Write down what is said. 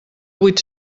vuit